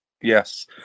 Yes